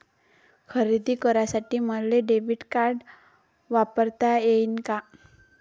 खरेदी करासाठी मले डेबिट कार्ड वापरता येईन का?